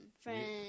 friends